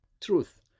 truth